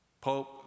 Pope